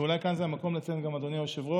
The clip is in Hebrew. אולי כאן זה המקום לציין גם, אדוני היושב-ראש,